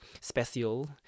special